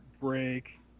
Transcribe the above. break